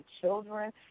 children